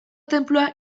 tenplua